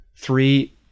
Three